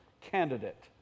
candidate